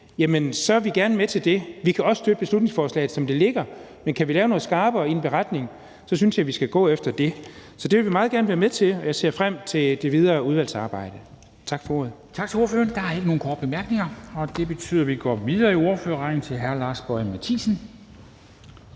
er vi gerne med til det. Vi kan også støtte beslutningsforslaget, som det ligger, men kan vi lave noget skarpere i en beretning, synes jeg, vi skal gå efter det. Så det vil vi meget gerne være med til, og jeg ser frem til det videre udvalgsarbejde. Tak for ordet.